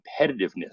competitiveness